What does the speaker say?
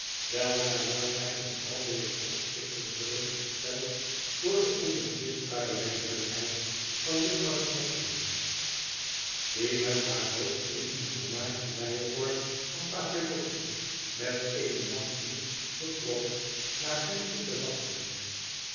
weldra wordt hij in al deze opzichten gerustgesteld door de onbetwistbare werkelijkheid van jufvrouw snagsby die met haar hoofd in een volmaakten bijenkorf van papillotten met eene nachtmuts bekroond naar hem zit te wachten